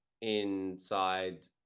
inside